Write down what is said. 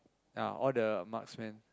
ya all the marksman